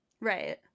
Right